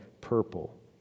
purple